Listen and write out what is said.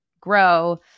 grow